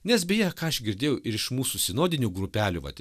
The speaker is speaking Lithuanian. nes beje ką aš girdėjau ir iš mūsų sinodinių grupelių vet